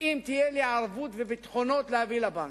אם יהיו לי ערבות וביטחונות להביא לבנק.